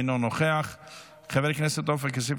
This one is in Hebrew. אינו נוכח; חבר הכנסת עופר כסיף,